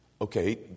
okay